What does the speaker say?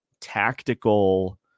tactical